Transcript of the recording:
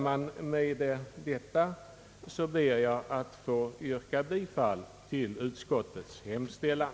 Med detta ber jag, herr talman, att få yrka bifall till utskottets hemställan.